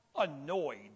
annoyed